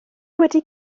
wedi